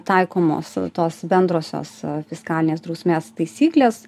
taikomos tos bendrosios fiskalinės drausmės taisyklės